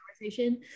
conversation